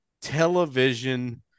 television